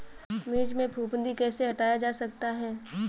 मिर्च में फफूंदी कैसे हटाया जा सकता है?